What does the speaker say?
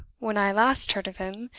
when i last heard of him,